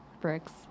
bricks